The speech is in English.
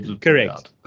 Correct